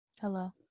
Hello